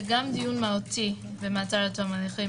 שגם דיון מהותי במעצר עד תום ההליכים